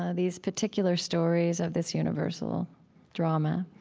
ah these particular stories of this universal drama,